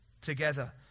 together